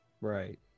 Right